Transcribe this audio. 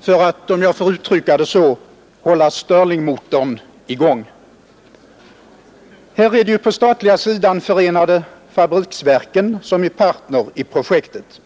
för att — om jag får uttrycka det så — hålla stirlingmotorn i gång. Här är det på den statliga sidan förenade fabriksverken som är partner i projektet.